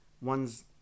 one's